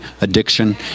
addiction